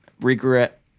regret